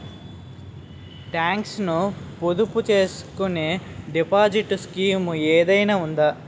Talks ను పొదుపు చేసుకునే డిపాజిట్ స్కీం ఏదైనా ఉందా?